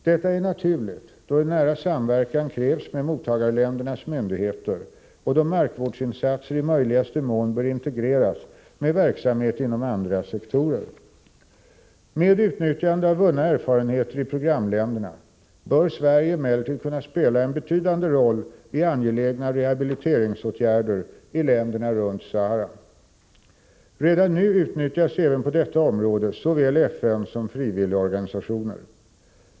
Detta är naturligt, då en nära samverkan krävs med mottagarländernas myndigheter och då markvårdsinsatser i möjligaste mån bör integreras med verksamhet inom andra sektorer. Med utnyttjande av vunna erfarenheter i programländerna bör Sverige emellertid kunna spela en betydande roll i angelägna rehabiliteringsåtgärder i länderna runt Sahara. Redan nu utnyttjas även på detta område såväl FN som frivilligorganisationer.